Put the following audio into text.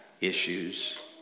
issues